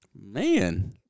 man